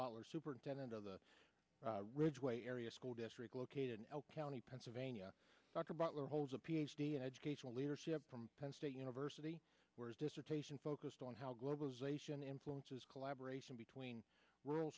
boller superintendent of the ridgeway area school district located in l county pennsylvania dr butler holds a ph d in educational leadership from penn state university where his dissertation focused on how globalization influences collaboration between rural